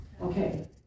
Okay